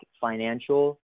financial